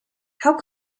how